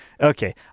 Okay